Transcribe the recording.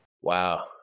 Wow